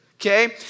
okay